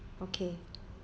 okay